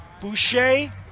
Boucher